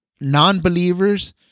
non-believers